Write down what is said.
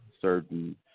certain